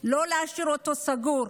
ולא להשאיר אותו סגור.